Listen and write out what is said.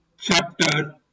Chapter